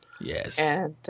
Yes